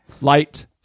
light